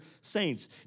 saints